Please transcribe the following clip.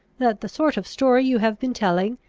that the sort of story you have been telling,